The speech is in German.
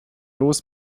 los